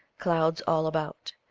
clouds all about,